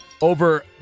over